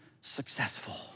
successful